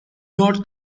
not